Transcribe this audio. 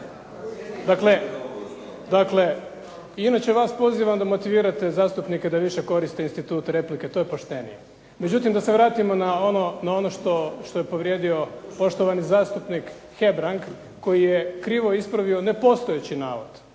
Dakle, inače vas pozivam da motivirate zastupnike da više koriste institut replike. To je poštenije. Međutim, da se vratimo na ono što je povrijedio poštovani zastupnik Hebrang koji je krivo ispravio nepostojeći navod